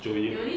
joey